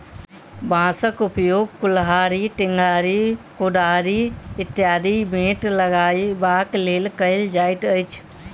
बाँसक उपयोग कुड़हड़ि, टेंगारी, कोदारि इत्यादिक बेंट लगयबाक लेल कयल जाइत अछि